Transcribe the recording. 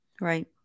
Right